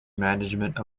management